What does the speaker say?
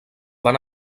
van